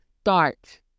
start